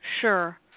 Sure